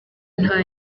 nta